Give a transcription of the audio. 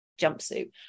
jumpsuit